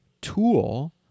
tool